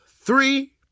three